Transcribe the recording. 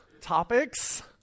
topics